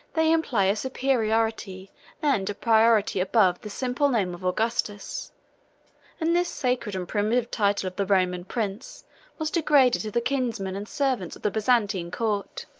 they imply a superiority and a priority above the simple name of augustus and this sacred and primitive title of the roman prince was degraded to the kinsmen and servants of the byzantine court.